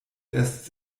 erst